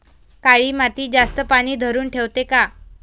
काळी माती जास्त पानी धरुन ठेवते का?